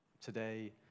today